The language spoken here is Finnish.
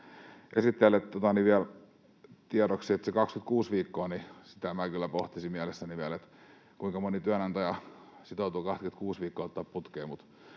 esittelijälle vielä tiedoksi, että sitä 26:ta viikkoa minä kyllä pohtisin mielessäni vielä — kuinka moni työnantaja sitoutuu 26 viikkoa ottamaan putkeen